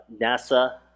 NASA